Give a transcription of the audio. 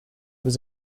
was